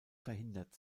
verhindert